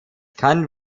kann